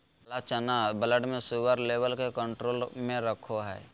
काला चना ब्लड में शुगर लेवल के कंट्रोल में रखैय हइ